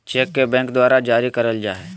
cheque bank द्वारा जारी करल जाय हय